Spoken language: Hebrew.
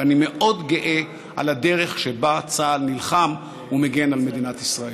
ואני מאוד גאה על הדרך שבה צה"ל נלחם ומגן על מדינת ישראל.